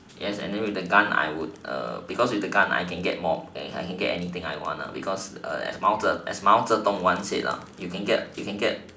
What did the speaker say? yes and then with the gun I would err because with the gun I can get more I can get anything I want ah because as mao-zedong as mao-zedong once said ah you can get you can get